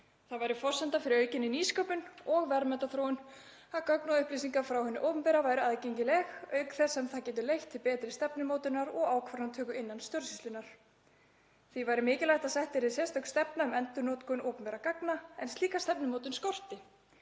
Það væri forsenda fyrir aukinni nýsköpun og verðmætaþróun að gögn og upplýsingar frá hinu opinbera væru aðgengileg auk þess sem það getur leitt til betri stefnumótunar og ákvarðanatöku innan stjórnsýslunnar. Því væri mikilvægt að sett yrði sérstök stefna um endurnotkun opinberra gagna en slíka stefnumótun skorti.